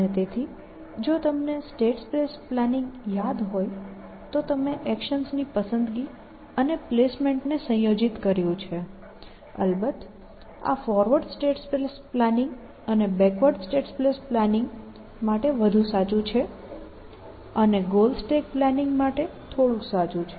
અને તેથી જો તમને સ્ટેટ સ્પેસ પ્લાનિંગ યાદ હોય તો તમે એક્શન્સની પસંદગી અને પ્લેસમેન્ટ ને સંયોજિત કર્યું છે અલબત્ત આ ફોરવર્ડ સ્ટેટ સ્પેસ પ્લાનિંગ અને બેકવર્ડ સ્ટેટ સ્પેસ પ્લાનિંગ માટે વધુ સાચું છે અને ગોલ સ્ટેક પ્લાનિંગ માટે થોડુંક સાચું છે